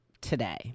Today